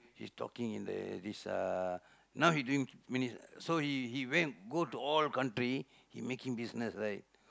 he's talking in the this uh now he doing mini~ so he he went go to all country he making business right